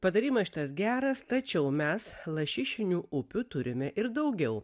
patarimai išties geras tačiau mes lašišinių upių turime ir daugiau